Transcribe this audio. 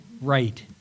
right